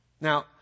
Now